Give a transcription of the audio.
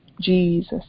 Jesus